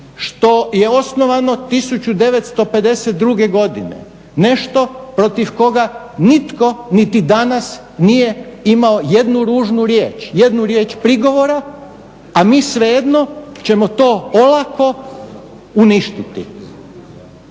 što je osnovano 1952. godine, nešto protiv koga nitko niti danas nije imao jednu ružnu riječ, jednu riječ prigovora a mi svejedno ćemo to olako uništiti.